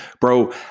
bro